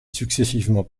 successivement